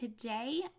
today